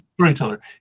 storyteller